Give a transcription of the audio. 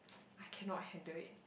I cannot handle it